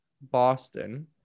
Boston